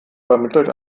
vermittelt